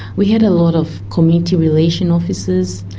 we had a lot of community relation officers,